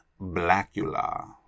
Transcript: Blackula